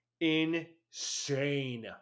Insane